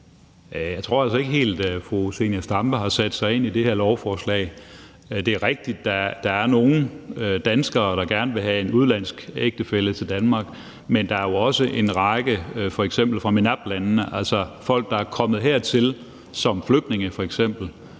Jeg tror altså ikke helt, at fru Zenia Stampe har sat sig ind i det her lovforslag. Det er rigtigt, at der er nogle danskere, der gerne vil have en udenlandsk ægtefælle til Danmark, men der er jo også en række folk fra f.eks. MENAPT-landene, altså folk, der er kommet hertil som f.eks. flygtninge, og som